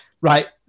right